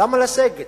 למה לסגת?